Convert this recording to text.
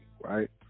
right